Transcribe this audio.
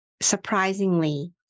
surprisingly